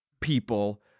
people